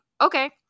okay